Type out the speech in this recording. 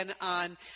On